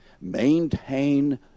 Maintain